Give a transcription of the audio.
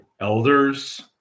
elders